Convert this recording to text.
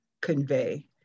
convey